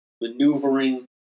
maneuvering